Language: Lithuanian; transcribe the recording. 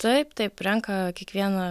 taip taip renka kiekvieną